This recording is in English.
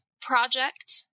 project